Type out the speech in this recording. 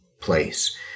place